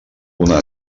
una